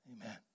Amen